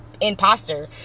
imposter